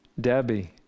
Debbie